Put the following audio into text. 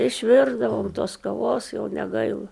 išvirdavom tos kavos jau negaila